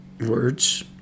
words